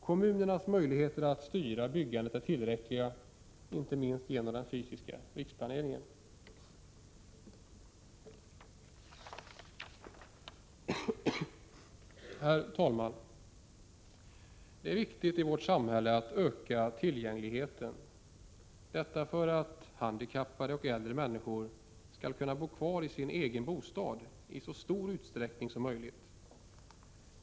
Kommunernas möjligheter att styra byggandet är tillräckliga, inte minst genom den fysiska riksplaneringen. 15 Herr talman! I vårt samhälle är det viktigt att öka tillgängligheten för att handikappade och äldre människor skall kunna bo kvar i sin egen bostad i så stor utsträckning som möjligt.